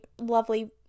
lovely